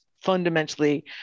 fundamentally